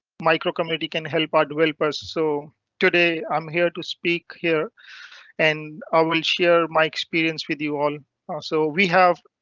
micro committee can help our developers, so today i'm here to speak here and i will share my experience with you all so we have.